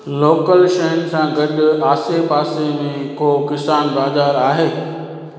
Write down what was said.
local शयूं सां गॾु आसे पासे में को किसान बाज़ारि आहे